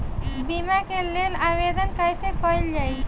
बीमा के लेल आवेदन कैसे कयील जाइ?